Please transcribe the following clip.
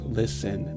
listen